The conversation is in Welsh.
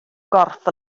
gorff